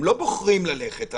הם לא בוחרים ללכת.